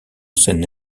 scène